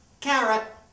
carrot